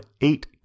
Eight